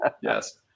Yes